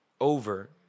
over